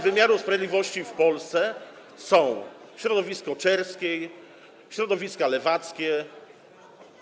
wymiaru sprawiedliwości w Polsce są: środowisko Czerskiej, środowiska lewackie.